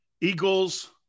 Eagles